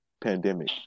pandemic